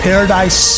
Paradise